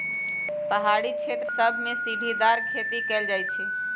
पहारी क्षेत्र सभमें सीढ़ीदार खेती कएल जाइ छइ